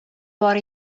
бар